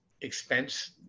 expense